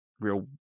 Real